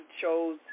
chose